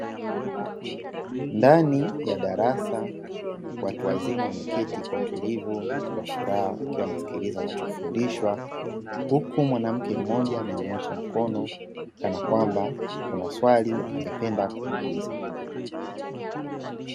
Ndani ya darasa watu wazima wameketi kwa utulivu na kwa furaha, wakiwa wanasikiliza wanachofundishwa, huku mwanamke mmoja amenyoosha mkono, kana kwamba kuna swali angependa kuuliza.